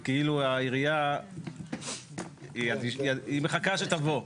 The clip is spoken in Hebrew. העירייה היא מחכה שתבוא.